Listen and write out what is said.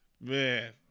Man